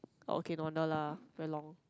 okay no wonder lah very long